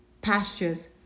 pastures